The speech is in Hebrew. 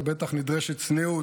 ובטח נדרשת צניעות,